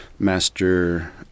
Master